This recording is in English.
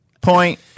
Point